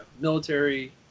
military